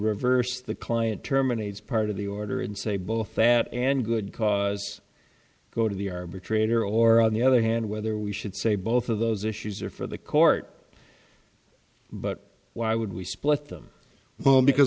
reverse the client terminates part of the order and say both that and good cause go to the arbitrator or on the other hand whether we should say both of those issues are for the court but why would we split them well because